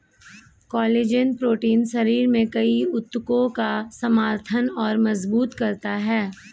collagen protein शरीर में कई ऊतकों का समर्थन और मजबूत करता है